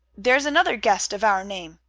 there's another guest of our name.